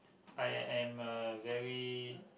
I am uh very